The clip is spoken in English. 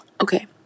Okay